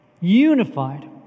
unified